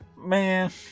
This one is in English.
Man